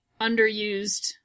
underused